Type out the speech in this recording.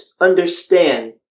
understand